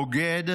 בוגד,